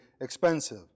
expensive